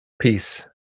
peace